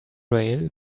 rail